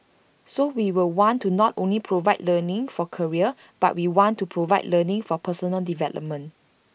so we will want to not only provide learning for career but we want to provide learning for personal development